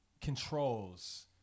controls